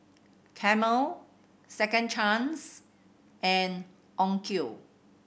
Camel Second Chance and Onkyo